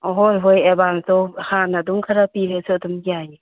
ꯍꯣꯏ ꯍꯣꯏ ꯑꯦꯠꯕꯥꯟꯁꯇꯣ ꯍꯥꯟꯅ ꯑꯗꯨꯝ ꯈꯔ ꯑꯗꯨꯝ ꯄꯤꯔꯁꯨ ꯌꯥꯏꯌꯦ